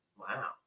Wow